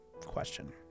question